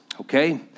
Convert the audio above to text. okay